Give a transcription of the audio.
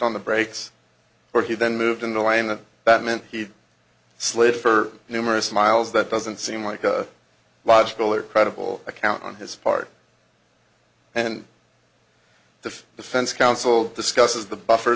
on the brakes or he then moved in the lane that that meant he slid for numerous miles that doesn't seem like a logical or credible account on his part and the defense counsel discusses the buffer